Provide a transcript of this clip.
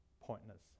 pointless